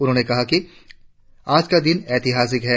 उन्होंने कहा कि आज का दिन ऎतिहासिक है